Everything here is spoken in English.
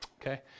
Okay